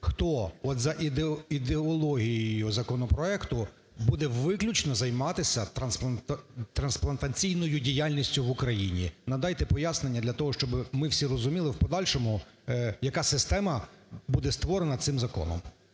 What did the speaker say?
Хто, от за ідеологією законопроекту, буде виключно займатися трансплантаційною діяльністю в Україні? Надайте пояснення для того, щоб ми всі розуміли в подальшому, яка система буде створена цим законом.